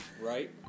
Right